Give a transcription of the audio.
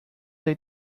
they